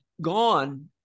gone